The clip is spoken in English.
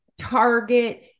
target